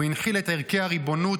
הוא הנחיל את ערכי הריבונות,